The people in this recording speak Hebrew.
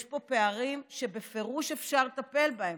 יש פה פערים שבפירוש אפשר לטפל בהם.